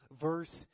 verse